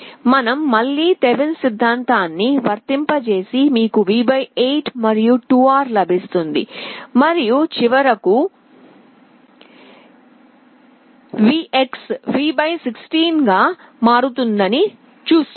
మనం మళ్ళీ థెవెనిన్ సిద్ధాంతాన్ని వర్తింపజేస్తే మీకు V 8 మరియు 2R లభిస్తుంది మరియు చివరకు VX V 16 గా మారుతుందని చూస్తాము